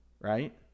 right